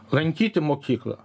lankyti mokyklą